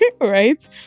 Right